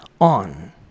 on